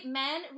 men